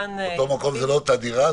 אותו מקום זה לא אותה דירה.